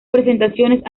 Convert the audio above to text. presentaciones